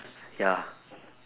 ya